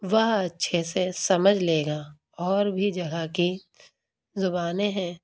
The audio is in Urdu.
وہ اچھے سے سمجھ لے گا اور بھی جگہ کی زبانیں ہیں